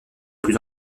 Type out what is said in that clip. plus